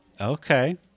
Okay